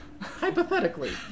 Hypothetically